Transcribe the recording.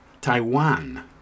Taiwan